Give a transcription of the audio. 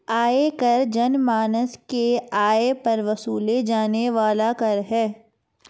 आयकर जनमानस के आय पर वसूले जाने वाला कर है